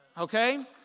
Okay